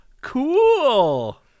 Cool